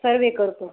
सर्वे करतो